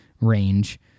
range